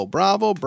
Bravo